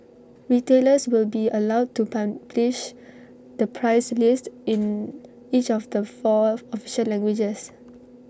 retailers will be allowed to publish the price list in each of the four official languages